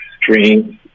streams